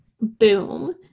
boom